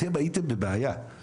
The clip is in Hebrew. אתם הייתם בבעיה,